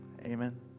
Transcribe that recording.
Amen